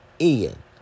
Ian